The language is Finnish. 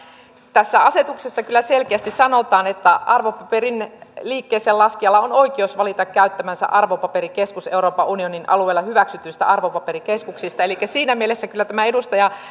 tässä asetuksessa kyllä selkeästi sanotaan että arvopaperin liikkeeseen laskijalla on oikeus valita käyttämänsä arvopaperikeskus euroopan unionin alueella hyväksytyistä arvopaperikeskuksista elikkä siinä mielessä kyllä tämän edustaja